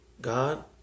God